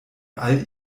all